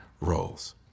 roles